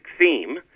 theme